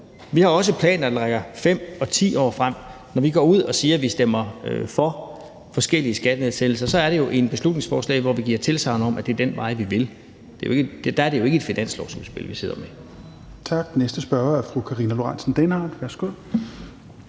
vi har også planer, der rækker 5 og 10 år frem, og når vi går ud og siger, at vi stemmer for forskellige skattenedsættelser, er det jo et beslutningsforslag, vi stemmer for, hvor vi giver tilsagn om, at det er den vej, vi vil. Der er det jo ikke et finanslovsudspil, vi sidder med.